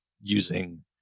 using